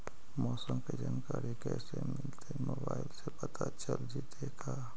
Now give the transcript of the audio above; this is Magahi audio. मौसम के जानकारी कैसे मिलतै मोबाईल से पता चल जितै का?